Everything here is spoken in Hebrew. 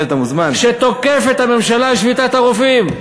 תוקף את הממשלה על שביתת הרופאים: